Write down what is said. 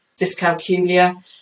dyscalculia